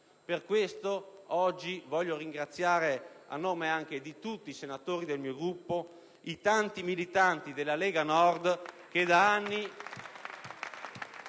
Per questo voglio oggi ringraziare, a nome anche di tutti i senatori del mio Gruppo, i tanti militanti della Lega Nord *(Applausi